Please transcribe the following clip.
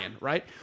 right